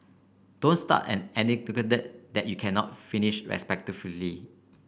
don't start an anecdote that you cannot finish respectfully